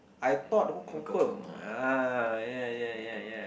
I thought who confirm ah ya ya ya ya